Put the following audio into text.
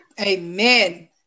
amen